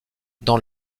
dans